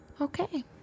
Okay